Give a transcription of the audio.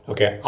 Okay